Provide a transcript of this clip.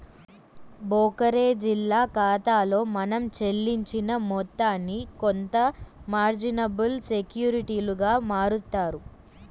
బోకరేజోల్ల ఖాతాలో మనం చెల్లించిన మొత్తాన్ని కొంత మార్జినబుల్ సెక్యూరిటీలుగా మారుత్తారు